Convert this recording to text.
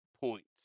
points